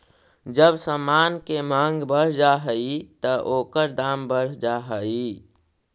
जब समान के मांग बढ़ जा हई त ओकर दाम बढ़ जा हई